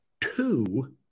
two